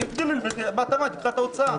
יגדילו לי בהתאמה את תקרת ההוצאה.